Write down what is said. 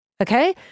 Okay